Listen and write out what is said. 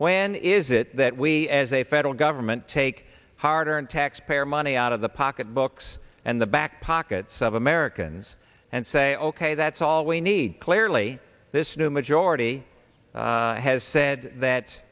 when is it that we as a federal government take hard earned tax payer money out of the pocketbooks and the back pockets of americans and say ok that's all we need clearly this new majority has said that